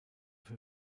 für